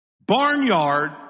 barnyard